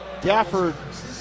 gafford